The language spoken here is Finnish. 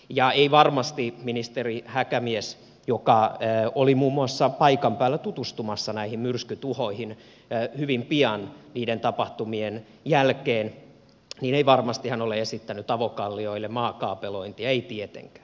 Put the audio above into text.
ja ei varmasti ministeri häkämies joka oli muun muassa paikan päällä tutustumassa näihin myrskytuhoihin hyvin pian niiden tapahtumien jälkeen ole esittänyt avokallioille maakaapelointia ei tietenkään